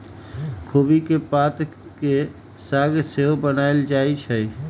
खोबि के पात के साग सेहो बनायल जाइ छइ